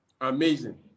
Amazing